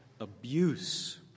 abuse